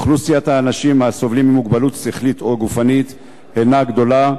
אוכלוסיית האנשים הסובלים ממוגבלות שכלית או גופנית היא גדולה,